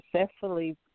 successfully